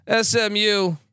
SMU